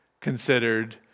considered